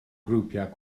grwpiau